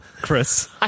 Chris